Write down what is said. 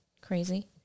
crazy